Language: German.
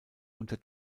unter